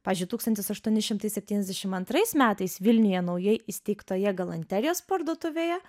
pavyzdžiui tūkstantis aštuoni šimtai septyniasdešimt antrais metais vilniuje naujai įsteigtoje galanterijos parduotuvėje